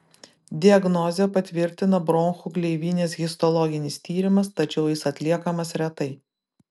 diagnozę patvirtina bronchų gleivinės histologinis tyrimas tačiau jis atliekamas retai